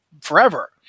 forever